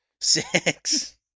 Six